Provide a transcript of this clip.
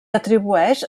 atribueix